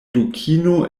dukino